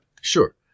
Sure